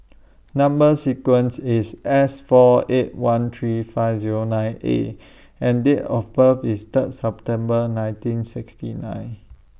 Number sequence IS S four eight one three five Zero nine A and Date of birth IS Third September nineteen sixty nine